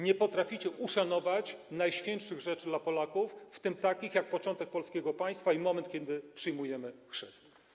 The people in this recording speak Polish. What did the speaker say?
Nie potraficie uszanować najświętszych rzeczy dla Polaków, w tym takich jak początek polskiego państwa i moment, kiedy przyjmujemy chrzest.